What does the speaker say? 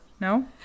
No